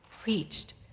preached